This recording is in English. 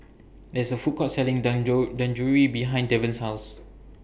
There IS A Food Court Selling behind Devan's House